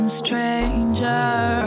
stranger